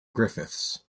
griffiths